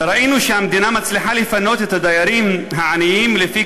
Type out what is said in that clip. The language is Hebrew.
ראינו שהמדינה מצליחה לפנות את הדיירים העניים לפי